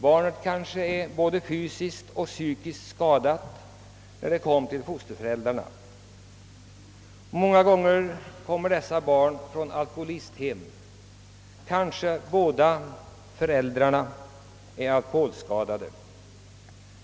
Barnet var kanske både fysiskt och psykiskt skadat när det kom till fosterföräldrarna. Många gånger kommer dessa barn från alkoholisthem, där kanske båda föräldrarna är alkoholskadade.